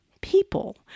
people